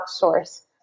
outsource